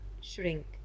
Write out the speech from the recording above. shrink